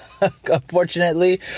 Unfortunately